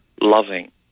loving